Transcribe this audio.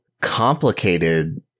complicated